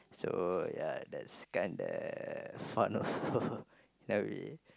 so ya that's kinda fun also then we